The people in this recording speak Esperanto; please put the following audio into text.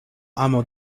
amo